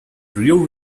real